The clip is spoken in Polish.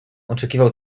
oczekiwał